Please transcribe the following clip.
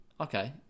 Okay